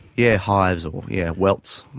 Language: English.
yeah hives or yeah welts.